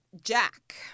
Jack